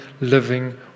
living